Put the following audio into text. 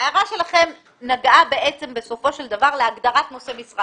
ההערה שלכם נגעה בעצם בסופו של דבר להגדרת נושא משרה.